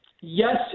Yes